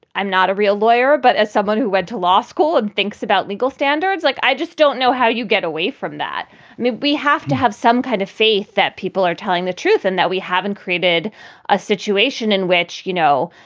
i'm not a real lawyer, but as somebody who went to law school and thinks about legal standards, like, i just don't know how you get away from that. if we have to have some kind of faith that people are telling the truth and that we haven't created a situation in which, you know,